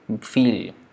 feel